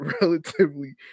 relatively